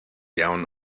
down